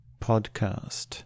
Podcast